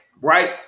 right